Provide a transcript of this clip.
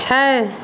छै